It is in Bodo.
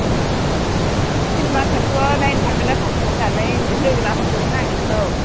चेनिमाखौथ' नायनो थांगोन ना थाङा होन्नानै लोगो लाहरदोंमोन आं नोंखौ